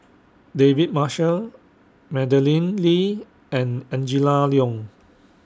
David Marshall Madeleine Lee and Angela Liong